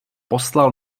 poslal